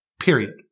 period